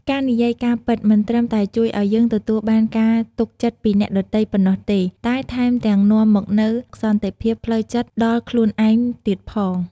ការនិយាយការពិត មិនត្រឹមតែជួយឲ្យយើងទទួលបានការទុកចិត្តពីអ្នកដទៃប៉ុណ្ណោះទេ តែថែមទាំងនាំមកនូវសន្តិភាពផ្លូវចិត្តដល់ខ្លួនឯងទៀតផង។